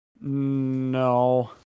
No